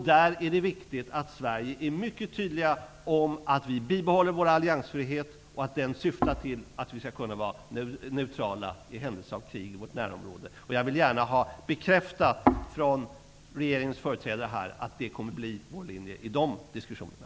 Det är viktigt att vi i Sverige är mycket tydliga i frågan om att vi skall bibehålla vår alliansfrihet som syftar till att vi skall kunna vara neutrala i händelse av krig i vårt närområde. Jag vill gärna få bekräftat från regeringens företrädare att det kommer att bli vår linje i de diskussionerna.